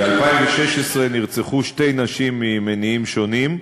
ב-2016 נרצחו שתי נשים, ממניעים שונים,